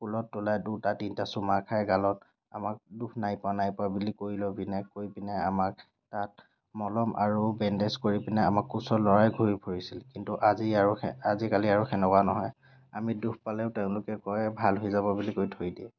কোলত তোলাই দুটা তিনিটা চুমা খাই গালত আমাক দুখ নাই পোৱা নাই পোৱা বুলি কৈ লৈ পিনে কৈ পিনে আমাক তাত মলম আৰু বেণ্ডেজ কৰি পিনে আমাক কোচত লৈ ঘূৰি ফুৰিছিল কিন্তু আজি আৰু আজি কালি আৰু সেনেকুৱা নহয় আমি দুখ পালেও তেওঁলোকে কয় ভাল হৈ যাব বুলি কৈ থৈ দিয়ে